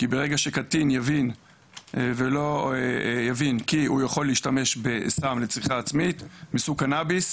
כי ברגע שקטין יבין כי הוא יכול להשתמש בסם לצריכה עצמית מסוג קנאביס,